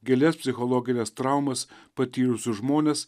gilias psichologines traumas patyrusius žmones